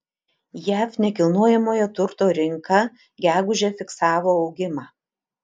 jav nekilnojamojo turto rinka gegužę fiksavo augimą